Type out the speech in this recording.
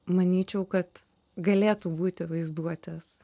manyčiau kad galėtų būti vaizduotės